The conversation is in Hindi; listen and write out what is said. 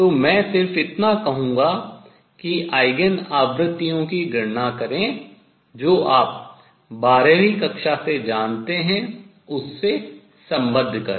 तो मैं सिर्फ इतना कहूँगा कि आयगेन आवृत्तियों की गणना करें और जो आप बारहवीं कक्षा से जानते हैं उससे सम्बद्ध करें